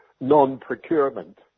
non-procurement